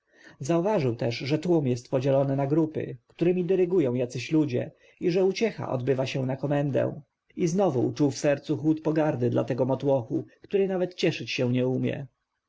zauważył też że tłum jest podzielony na grupy któremi dyrygują jacyś ludzie i że uciecha odbywa się na komendę i znowu uczuł w sercu chłód pogardy dla tego motłochu który nawet cieszyć się nie umie